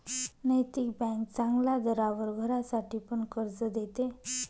नैतिक बँक चांगल्या दरावर घरासाठी पण कर्ज देते